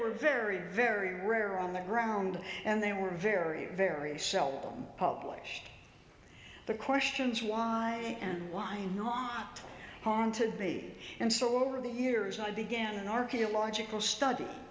were very very rare on the ground and they were very very seldom published the questions why and why not haunted me and so over the years i began an archaeological study